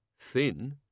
thin